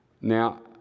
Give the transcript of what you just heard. Now